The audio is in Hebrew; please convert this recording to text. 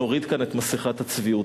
בואו נוריד כאן את מסכת הצביעות,